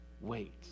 wait